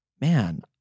Man